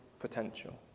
potential